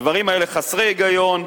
הדברים האלה חסרי היגיון,